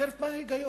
אחרת מה ההיגיון?